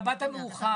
אתה באת מאוחר.